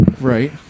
Right